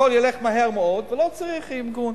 והכול ילך מהר מאוד ולא צריך מיגון.